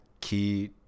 key